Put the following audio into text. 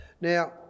Now